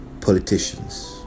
politicians